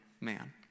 man